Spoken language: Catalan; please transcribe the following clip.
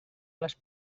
les